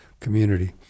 community